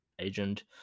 agent